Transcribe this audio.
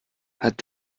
hat